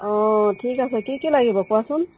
অঁ ঠিক আছে কি কি লাগিব কোৱাচোন